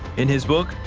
in his book,